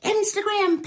Instagram